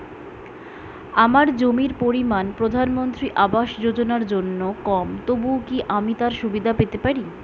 আমার জমির পরিমাণ প্রধানমন্ত্রী আবাস যোজনার জন্য কম তবুও কি আমি তার সুবিধা পেতে পারি?